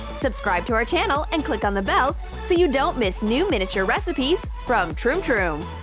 subscribe to our channel, and click on the bell so you don't miss new miniature recipes from troom troom!